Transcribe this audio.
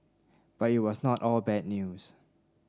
but it was not all bad news